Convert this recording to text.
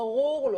ברור לו,